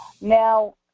Now